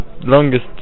longest